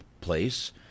place